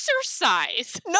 exercise